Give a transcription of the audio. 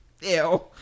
ew